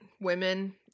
women